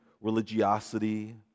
religiosity